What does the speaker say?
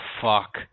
fuck